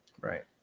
right